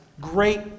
great